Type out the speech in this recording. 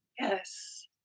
Yes